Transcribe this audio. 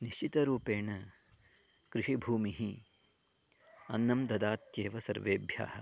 निश्चितरूपेण कृषिभूमिः अन्नं ददात्येव सर्वेभ्यः